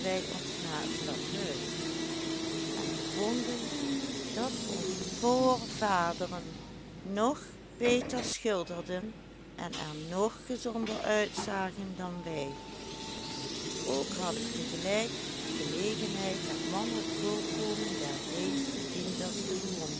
ons naar het stadhuis en bevonden dat onze voorvaderen ng beter schilderden en er ng gezonder uitzagen dan wij ook had ik tegelijk gelegenheid het manlijk voorkomen der deesche dienders